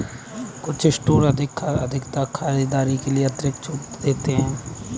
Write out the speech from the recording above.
कुछ स्टोर अधिक खरीदारी के लिए अतिरिक्त छूट प्रदान करते हैं